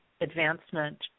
advancement